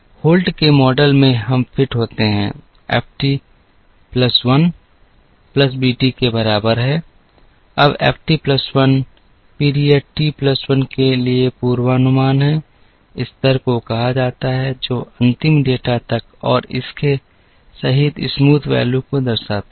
Holt के model में हम फिट होते हैं F t plus 1 plus bt के बराबर है अब F t plus 1 period t plus 1 के लिए पूर्वानुमान है स्तर को कहा जाता है जो अंतिम डेटा तक और इसके सहित स्मूथ वैल्यू को दर्शाता है